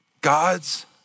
God's